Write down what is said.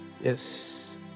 Yes